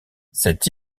cette